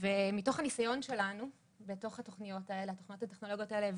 ומתוך הניסיון שלנו בתוך התוכניות הטכנולוגיות האלה,